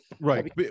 Right